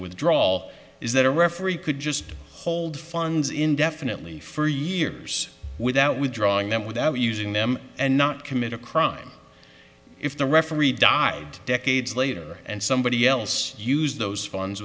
with drawl is that a referee could just hold funds indefinitely for years without withdrawing them without using them and not commit a crime if the referee died decades later and somebody else used those funds